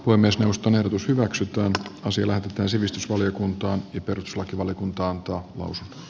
puhemiesneuvosto ehdottaa että asia lähetetään liikenne ja viestintävaliokuntaan